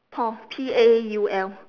paul P A U L